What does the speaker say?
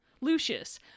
Lucius